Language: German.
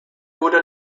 wurde